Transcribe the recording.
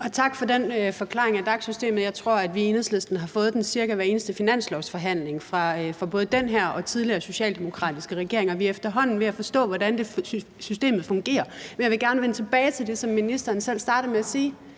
Tak for den forklaring af DAC-systemet. Jeg tror, at vi i Enhedslisten har fået den cirka ved hver eneste finanslovsforhandling fra både den her og tidligere socialdemokratiske regeringer. Vi er efterhånden ved at forstå, hvordan systemet fungerer. Men jeg vil gerne vende tilbage til det, som ministeren selv startede med at sige.